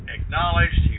acknowledged